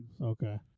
okay